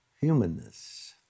humanness